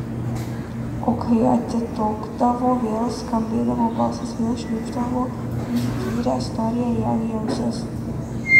o kai atitokdavo vėl skambėdavo balsas vėl šnypšdavo įkyrią istoriją jam į ausis